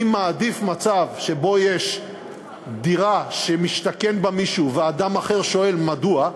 אני מעדיף מצב שבו יש דירה שמשתכן בה מישהו ואדם אחר שואל מדוע,